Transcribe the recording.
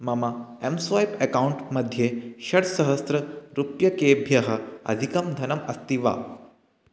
मम M swipe account मध्ये षड्सहस्ररूप्यकेभ्यः अधिकं धनम् अस्ति वा